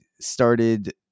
started